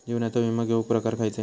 जीवनाचो विमो घेऊक प्रकार खैचे?